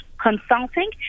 Consulting